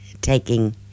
taking